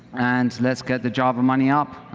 and let's get the job money up.